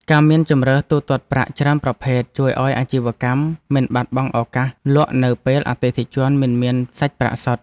ការមានជម្រើសទូទាត់ប្រាក់ច្រើនប្រភេទជួយឱ្យអាជីវកម្មមិនបាត់បង់ឱកាសលក់នៅពេលអតិថិជនមិនមានសាច់ប្រាក់សុទ្ធ។